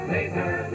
Laser